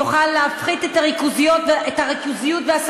יוכל להפחית את הריכוזיות והסמכותיות